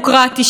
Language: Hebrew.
כמובן,